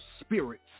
spirits